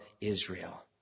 Israel